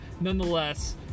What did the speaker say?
nonetheless